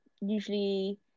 usually